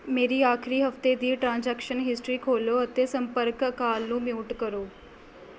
ਮੇਰੀ ਆਖਰੀ ਹਫਤੇ ਦੀ ਟ੍ਰਾਂਜ਼ੈਕਸ਼ਨ ਹਿਸਟਰੀ ਖੋਲ੍ਹੋ ਅਤੇ ਸੰਪਰਕ ਅਕਾਲ ਨੂੰ ਮਿਊਟ ਕਰੋ